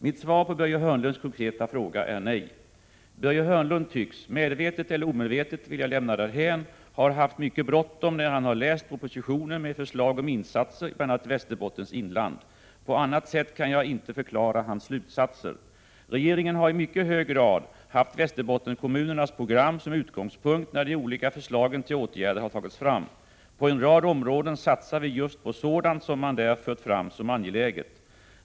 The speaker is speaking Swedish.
Mitt svar på Börje Hörnlunds konkreta fråga är nej. Börje Hörnlund tycks — medvetet eller omedvetet vill jag lämna därhän — ha haft mycket bråttom när han har läst propositionen med förslag om insatser i bl.a. Västerbottens inland. På annat sätt kan jag inte förklara hans slutsatser. Regeringen har i mycket hög grad haft Västerbottenskommunernas program som utgångspunkt när de olika förslagen till åtgärder har tagits fram. På en rad områden satsar vi just på sådant som man där för fram som angeläget.